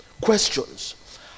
Questions